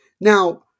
Now